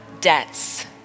debts